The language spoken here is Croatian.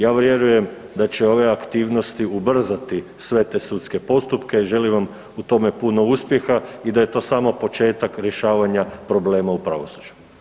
Ja vjerujem da će ove aktivnosti ubrzati sve te sudske postupke i želim vam u tome puno uspjeha i da je to samo početak rješavanja problema i pravosuđu.